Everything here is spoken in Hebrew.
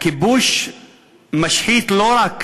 הכיבוש משחית לא רק